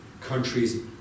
countries